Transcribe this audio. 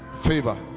favor